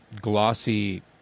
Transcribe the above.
glossy